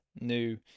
new